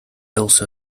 also